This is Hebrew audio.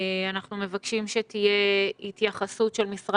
אנחנו מבקשים שתהיה התייחסות של אנשי